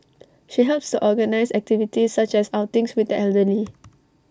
she helps to organise activities such as outings with the elderly